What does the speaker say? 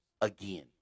again